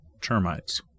termites